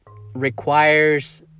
requires